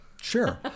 sure